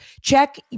Check